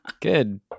good